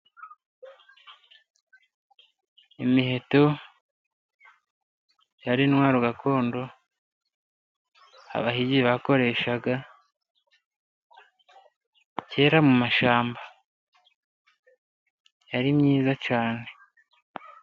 Imiheto yari intwaro gakondo abahigi bakoreshaga cyera mu mashyamba yari myiza cyane.